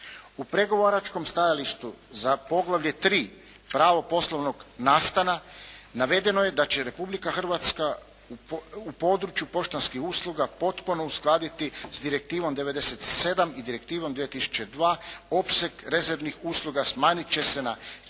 U pregovaračko stajalištu za poglavlje 3 –Pravo poslovnog nastana, navedeno je da će Republika Hrvatska u području poštanskih usluga potpuno uskladiti s Direktivom 97 i Direktivom 2002 opseg rezerviranih usluga smanjiti će se na